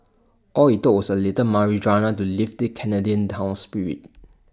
all IT took was A little marijuana to lifted Canadian town's spirits